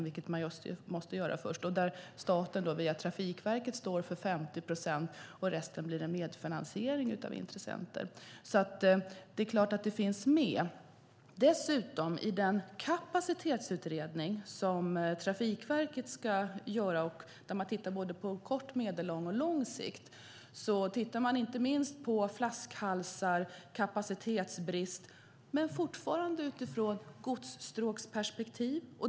Staten står för 50 procent via Trafikverket; förresten blir det en medfinansiering av intressenter. I den kapacitetsutredning som Trafikverket ska göra där man tittar på kort, medellång och lång sikt tittar man på flaskhalsar och kapacitetsbrist utifrån godsstråksperspektiv.